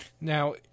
Now